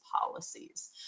policies